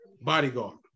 bodyguard